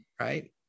right